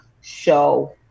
show